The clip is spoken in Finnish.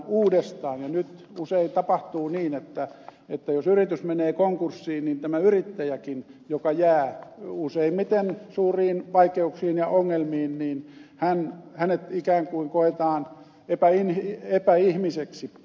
nyt usein tapahtuu niin että jos yritys menee konkurssiin niin tämä yrittäjäkin joka jää useimmiten suuriin vaikeuksiin ja ongelmiin ikään kuin koetaan epäihmiseksi